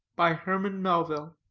by herman melville,